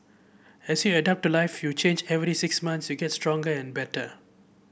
as you adapt to life you change every six months you get stronger and better